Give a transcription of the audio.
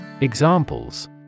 Examples